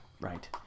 right